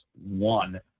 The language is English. one